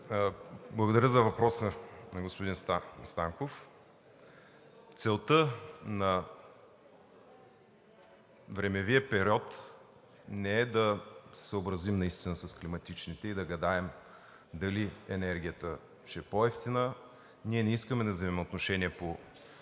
Благодаря за въпроса на господин Станков. Целта на времевия период не е да се съобразим наистина с климатичните условия и да гадаем дали енергията ще е по-евтина. Ние не искаме да взимаме отношение по